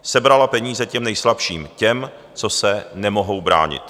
Sebrala peníze těm nejslabším, těm, co se nemohou bránit.